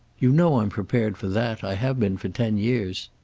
you know i'm prepared for that. i have been for ten years.